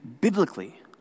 biblically